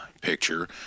picture